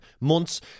months